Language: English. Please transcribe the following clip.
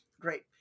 Great